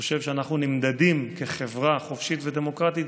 חושב שאנחנו נמדדים, כחברה חופשית ודמוקרטית,